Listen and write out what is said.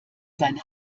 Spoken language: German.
sein